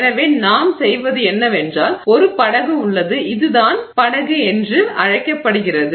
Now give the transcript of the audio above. எனவே நாம் செய்வது என்னவென்றால் ஒரு படகு உள்ளது இதுதான் படகு என்று அழைக்கப்படுகிறது